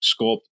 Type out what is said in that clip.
sculpt